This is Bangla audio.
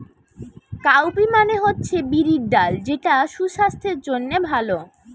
কাউপি মানে হচ্ছে বিরির ডাল যেটা সুসাস্থের জন্যে ভালো